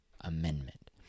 amendment